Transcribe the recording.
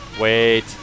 Wait